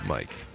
Mike